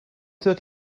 took